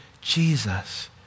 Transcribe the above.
Jesus